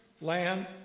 land